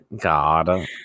God